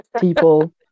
people